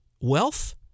wealth